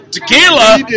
Tequila